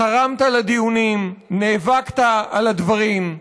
תרמת לדיונים, נאבקת על הדברים.